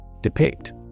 Depict